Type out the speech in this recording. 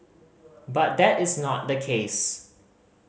but that is not the case